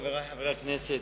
חברי חברי הכנסת,